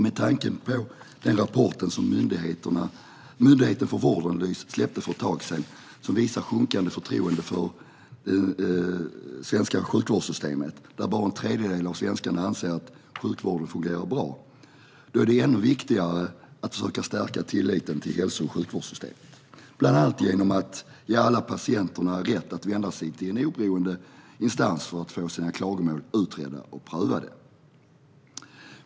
Myndigheten Vårdanalys släppte en rapport för ett tag sedan som visar ett sjunkande förtroende för det svenska sjukvårdssystemet. Bara en tredjedel av svenskarna anser att sjukvården fungerar bra. Då är det ännu viktigare att försöka stärka tilliten till hälso och sjukvårdssystemet, bland annat genom att ge alla patienter rätt att vända sig till en oberoende instans för att få sina klagomål utredda och prövade.